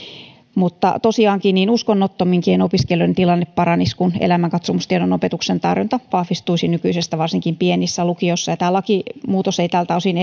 tosiaankin uskonnottomienkin opiskelijoiden tilanne paranisi kun elämänkatsomustiedon opetuksen tarjonta vahvistuisi nykyisestä varsinkin pienissä lukioissa lakimuutos ei tältä osin